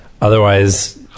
Otherwise